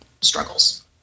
struggles